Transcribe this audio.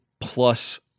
plus